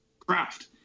craft